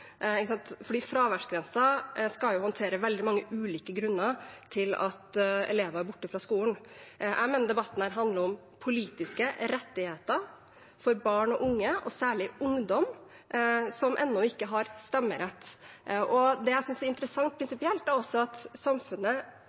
skal håndtere veldig mange ulike grunner til at elever er borte fra skolen. Jeg mener at denne debatten handler om politiske rettigheter for barn og unge, og særlig ungdom, som ennå ikke har stemmerett. Det jeg synes er prinsipielt interessant, er at samfunnet